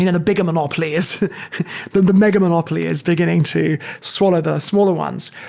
you know the bigger monopoly is the the mega monopoly is beginning to swallow the smaller ones.